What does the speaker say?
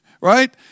right